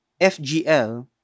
FGL